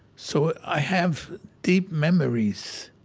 so i have deep memories,